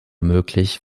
möglich